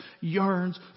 yearns